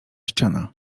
ściana